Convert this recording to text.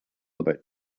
about